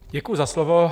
Děkuji za slovo.